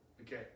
Okay